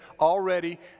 already